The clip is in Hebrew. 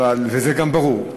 וזה גם ברור.